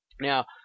Now